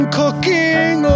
cooking